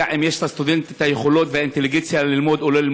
אם יש לסטודנט היכולות והאינטליגנציה ללמוד או לא.